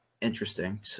interesting